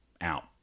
out